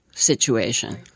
situation